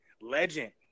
legend